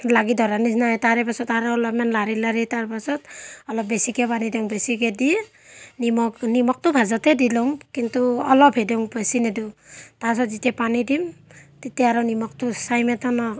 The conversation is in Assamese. লাগি ধৰা নিচিনা হয় তাৰ পাছত আৰু অলপমান লাৰি লাৰি তাৰ পাছত অলপ বেছিকৈ পানী দিওঁ বেছিকৈ দি নিমখ নিমখটো ভাজোতেই দি লওঁ কিন্তু অলপহে দিওঁ বেছি নিদিওঁ তাৰ পাছত যেতিয়া পানী দিম তেতিয়া আৰু নিমখটো চাই মতে